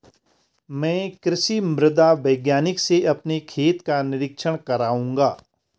मैं कृषि मृदा वैज्ञानिक से अपने खेत का निरीक्षण कराऊंगा